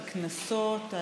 על קנסות,